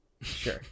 sure